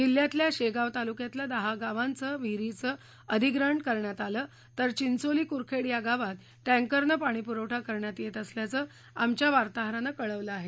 जिल्ह्यातल्या शेगाव तालूक्यातल्या दहा गावात विहीरींचं अधिग्रहण करण्यात आलं तर चिंचोली कूरखेड या गावात टँकरनं पाणीपुरवठा करण्यात येत असल्याचं आमच्या वार्ताहरानं कळवलं आहे